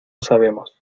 sabemos